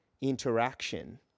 interaction